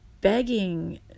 begging